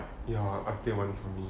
I played once only